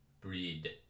breed